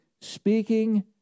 speaking